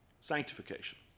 sanctification